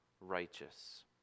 righteous